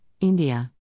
India